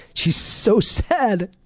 she's so sad.